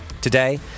Today